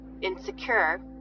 insecure